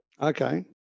Okay